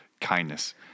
kindness